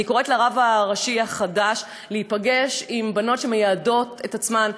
אני קוראת לרב הראשי החדש להיפגש עם בנות שמייעדות את עצמן,